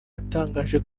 atangaje